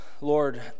Lord